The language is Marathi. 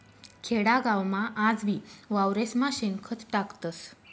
खेडागावमा आजबी वावरेस्मा शेणखत टाकतस